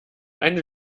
eine